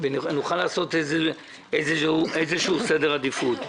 ונוכל לקבוע איזשהו סדר עדיפות.